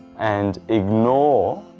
and ignore,